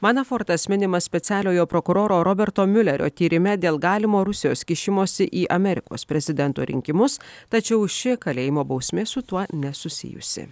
manafortas minimas specialiojo prokuroro roberto miulerio tyrime dėl galimo rusijos kišimosi į amerikos prezidento rinkimus tačiau ši kalėjimo bausmė su tuo nesusijusi